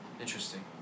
Interesting